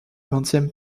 vingtième